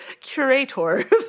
curator